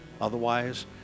Otherwise